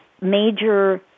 major